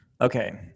Okay